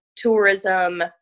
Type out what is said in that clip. tourism